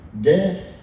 death